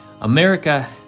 America